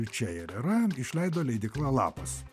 čia ir yra išleido leidykla lapas